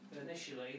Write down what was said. initially